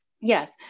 yes